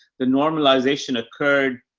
the normalization occurred,